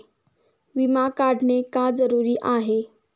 विमा काढणे का जरुरी आहे?